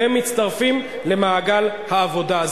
והם מצטרפים למעגל העבודה.